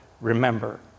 Remember